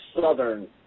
Southern